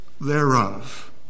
thereof